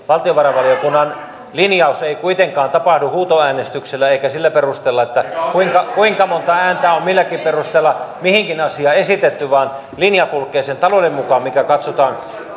valtiovarainvaliokunnan linjaus ei kuitenkaan tapahdu huutoäänestyksellä eikä sillä perusteella kuinka kuinka monta ääntä on milläkin perusteella mihinkin asiaan esitetty vaan linja kulkee sen talouden mukaan mikä katsotaan